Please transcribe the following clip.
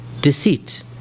deceit